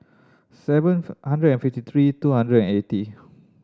seventh hundred and fifty three two hundred and eighty